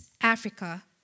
Africa